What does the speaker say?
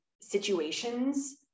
situations